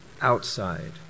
outside